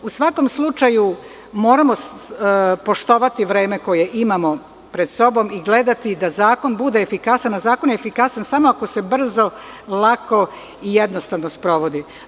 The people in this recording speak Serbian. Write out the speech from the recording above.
U svakom slučaju, moramo poštovati vreme koje imamo pred sobom i gledati da zakon bude efikasan, a zakon je efikasan samo ako se brzo, lako i jednostavno sprovodi.